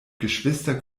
geschwister